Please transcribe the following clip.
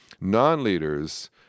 non-leaders